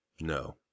no